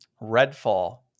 redfall